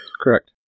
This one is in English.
Correct